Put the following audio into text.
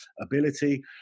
ability